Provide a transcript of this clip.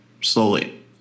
slowly